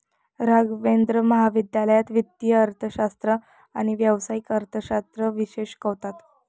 राघवेंद्र महाविद्यालयात वित्तीय अर्थशास्त्र आणि व्यावसायिक अर्थशास्त्र विषय शिकवतात